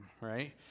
right